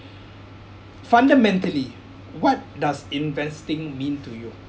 fundamentally what does investing mean to you